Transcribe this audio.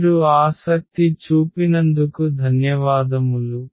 మీరు ఆసక్తి చూపినందుకు ధన్యవాదములు